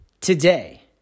today